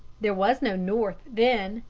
there was no north then,